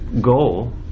goal